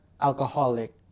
alcoholic